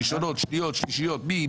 ראשונות, שניות, שלישיות, מי?